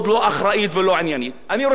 אני רוצה להזכיר לך, אדוני היושב-ראש,